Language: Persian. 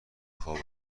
خواب